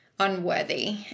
unworthy